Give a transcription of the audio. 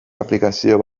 aplikazio